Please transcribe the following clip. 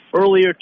earlier